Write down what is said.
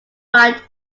fight